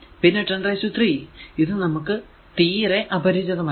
പിന്നെ 103 ഇത് നമുക്ക് തീരെ അപരിചിതമല്ല